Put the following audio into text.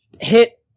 hit